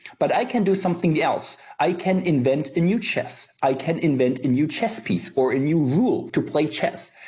but i can do something yeah else. i can invent a new chess. i can invent a new chess piece or a and new rule to play chess.